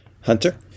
Hunter